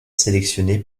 sélectionné